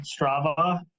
Strava